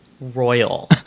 royal